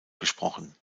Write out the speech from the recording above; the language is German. gesprochen